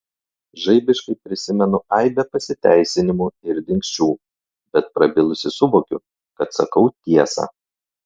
žaibiškai prisimenu aibę pasiteisinimų ir dingsčių bet prabilusi suvokiu kad sakau tiesą